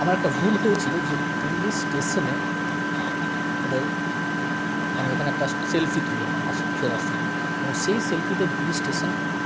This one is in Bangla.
আমার একটা ভুল হয়েছিলো যে দিল্লি স্টেশনে ওদের আমি ওখানে একটা সেলফি তুলি আমরা আসার ফেরার সময় এবং সেই সেলফিতে দিল্লি স্টেশন